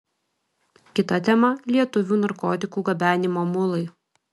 kita tema lietuvių narkotikų gabenimo mulai